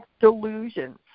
delusions